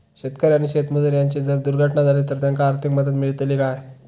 शेतकरी आणि शेतमजूर यांची जर दुर्घटना झाली तर त्यांका आर्थिक मदत मिळतली काय?